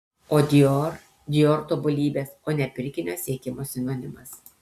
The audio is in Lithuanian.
o dior dior tobulybės o ne pirkinio siekimo sinonimas